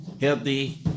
healthy